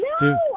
No